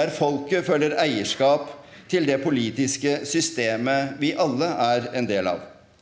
der folket føler eierskap til det politiske systemet vi alle er en del av.